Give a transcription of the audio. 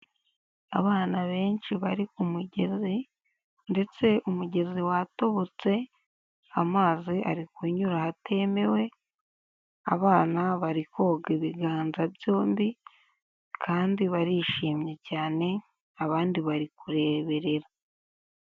Abana benshi bari ku mugezi ndetse umugezi watobotse, amazi ari kunyura ahatemewe, abana bari koga ibiganza byombi kandi barishimye cyane, abandi bari kureberera.